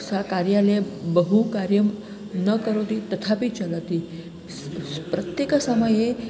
सा कार्यालये बहु कार्यं न करोति तथापि चलति सा सा प्रत्येकसमये